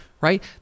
Right